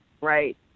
right